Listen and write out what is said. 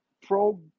pro